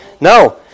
No